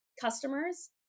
Customers